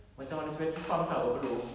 macam ada sweaty palms ah berpeluh